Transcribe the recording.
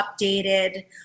updated